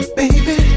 baby